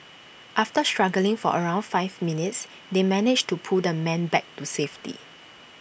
after struggling for around five minutes they managed to pull the man back to safety